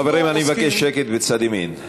חברים, אני מבקש שקט כאן בצד ימין.